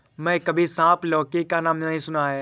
मैंने कभी सांप लौकी का नाम नहीं सुना है